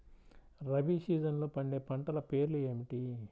రబీ సీజన్లో పండే పంటల పేర్లు ఏమిటి?